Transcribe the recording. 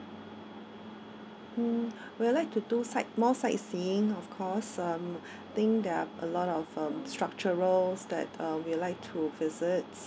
mm we'll like to do sight more sightseeing of course um think there are a lot of um from structurals that we'll like to visit